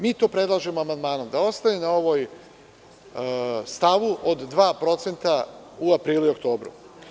Mi to predlažemo ovim amandmanom, da ostane na ovom stavu od 2% u aprilu i u oktobru.